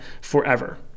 forever